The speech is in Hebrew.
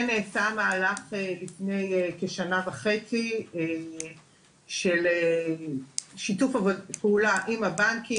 כן נעשה מהלך לפני כשנה וחצי של שיתוף פעולה עם הבנקים,